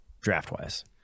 draft-wise